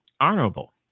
honorable